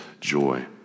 joy